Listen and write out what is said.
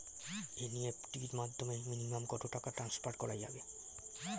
NEFT এর মাধ্যমে minimum কত টাকা টান্সফার করা যাবে?